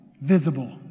visible